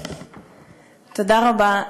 תודה רבה,